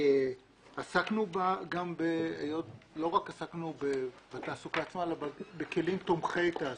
לא עסקנו רק בתעסוקה עצמה אלא בכלים תומכי תעסוקה.